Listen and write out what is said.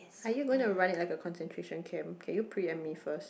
are you gonna run it like a concentration camp can you pre empt me first